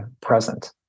present